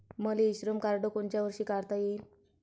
मले e Shram card कोनच्या वर्षी काढता येईन?